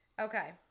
Okay